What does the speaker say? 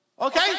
Okay